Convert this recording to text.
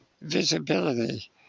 visibility